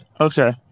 Okay